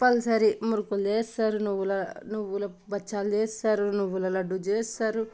compulsory మురుకులు చేస్తారు నువ్వుల నువ్వుల బచ్చాలు చేస్తారు నువ్వుల లడ్డు చేస్తారు